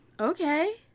okay